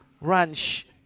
ranch